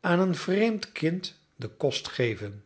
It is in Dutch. aan een vreemd kind den kost geven